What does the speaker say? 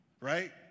right